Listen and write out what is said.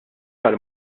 għall